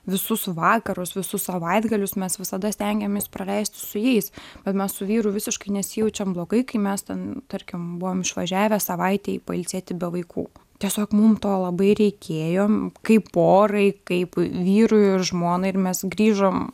visus vakarus visus savaitgalius mes visada stengiamės praleist su jais bet mes su vyru visiškai nesijaučiam blogai kai mes ten tarkim buvom išvažiavę savaitei pailsėti be vaikų tiesiog mum to labai reikėjo kaip porai kaip vyrui ir žmonai ir mes grįžom